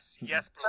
yes